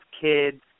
kids